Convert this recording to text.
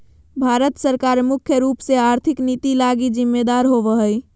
भारत सरकार मुख्य रूप से आर्थिक नीति लगी जिम्मेदर होबो हइ